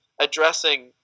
addressing